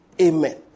amen